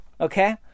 okay